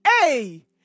hey